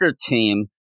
team